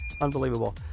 Unbelievable